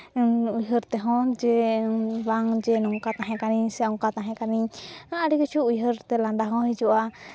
ᱩᱭᱦᱟᱹᱨ ᱛᱮᱦᱚᱸ ᱡᱮ ᱵᱟᱝ ᱡᱮ ᱱᱚᱝᱠᱟ ᱛᱟᱦᱮᱸ ᱠᱟᱹᱱᱟᱹᱧ ᱥᱮ ᱚᱱᱠᱟ ᱛᱟᱦᱮᱸ ᱠᱟᱹᱱᱟᱹᱧ ᱟᱹᱰᱤ ᱠᱤᱪᱷᱩ ᱩᱭᱦᱟᱹᱨ ᱛᱮ ᱞᱟᱸᱫᱟ ᱦᱚᱸ ᱦᱤᱡᱩᱜᱼᱟ